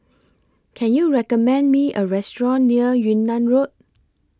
Can YOU recommend Me A Restaurant near Yunnan Road